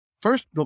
first